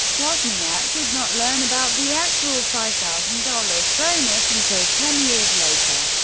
wozniak did not learn about the actual five thousand dollars bonus until ten years later,